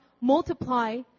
multiply